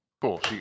Cool